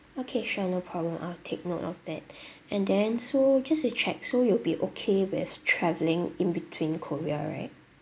okay sure no problem I'll take note of that and then so just to check so you'll be okay with travelling in between korea right